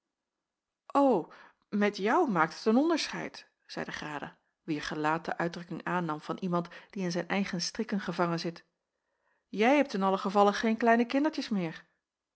met jou maakt het n onderscheid zeide grada wier gelaat de uitdrukking aannam van iemand die in zijn eigen strikken gevangen zit jij hebt in allen gevalle geen kleine kindertjes meer